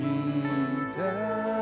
Jesus